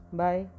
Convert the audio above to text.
bye